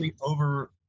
over